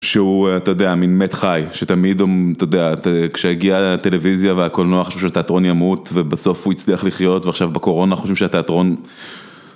שהוא אתה יודע מין מת חי שתמיד אתה יודע כשהגיעה הטלוויזיה והקולנוע, חשבו שהתיאטרון ימות ובסוף הוא הצליח לחיות ועכשיו בקורונה חושבים שהתיאטרון.